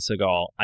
Seagal